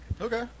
Okay